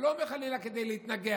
ואני לא אומר חלילה כדי להתנגח,